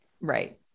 Right